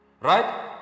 Right